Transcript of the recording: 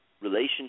relationship